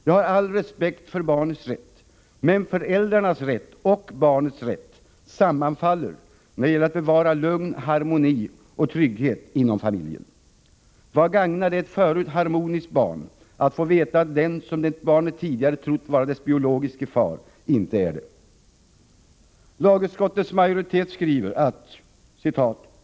Jag har all respekt för barnets rätt, men föräldrarnas rätt och barnets rätt sammanfaller när det gäller att bevara lugn, harmoni och trygghet inom familjen. Vad gagnar det ett förut harmoniskt barn att få veta att den som barnet tidigare trott vara dess biologiske far inte är det?